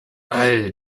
all